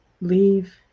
leave